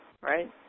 right